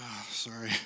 Sorry